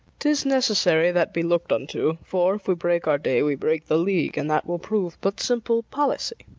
tis necessary that be look'd unto for, if we break our day, we break the league, and that will prove but simple policy.